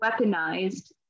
weaponized